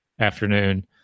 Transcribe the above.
afternoon